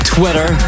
Twitter